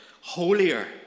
holier